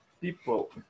people